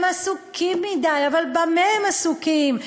הם עסוקים מדי, אבל במה הם עסוקים?